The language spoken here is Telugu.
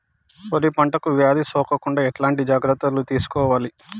వరి పంటకు వ్యాధి సోకకుండా ఎట్లాంటి జాగ్రత్తలు తీసుకోవాలి?